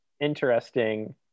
interesting